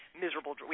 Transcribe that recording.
miserable –